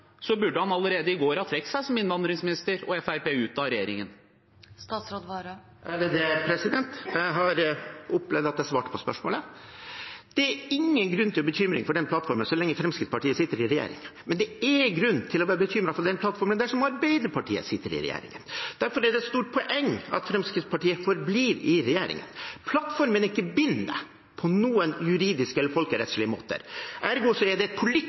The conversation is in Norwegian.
burde han allerede i går ha trukket seg som innvandringsminister og trukket Fremskrittspartiet ut av regjeringen. Jeg har opplevd at jeg svarte på spørsmålet. Det er ingen grunn til bekymring for denne plattformen så lenge Fremskrittspartiet sitter i regjering, men det er grunn til å bli bekymret for denne plattformen dersom Arbeiderpartiet sitter i regjering. Derfor er det et stort poeng at Fremskrittspartiet forblir i regjering. Plattformen er ikke bindende på noen juridiske eller folkerettslige måter – ergo er det et